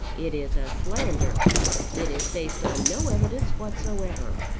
it is a slander it is based on no evidence whatsoever.